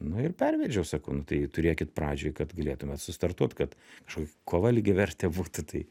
na ir pervedžiau sakau nu tai turėkit pradžioj kad galėtumėt sustartuot kad kažkokia kova lygiavertė būtų tai